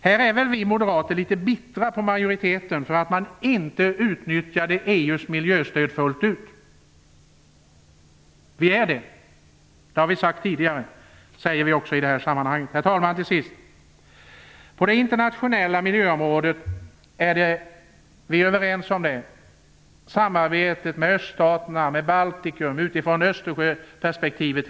Här är vi moderater litet bittra på majoriteten, vilket vi också tidigare har sagt, för att man inte utnyttjade EU:s miljöstöd fullt ut. Herr talman! På det internationella miljöområdet är vi överens om att samarbetet med öststaterna och Baltikum är viktigt utifrån Östersjöperspektivet.